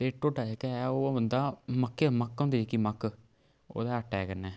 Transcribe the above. एह् टोडा जेह्का ऐ ओह् बनदा मक्के मक्क होंदे जेह्की मक्क ओह्दे आटे कन्नै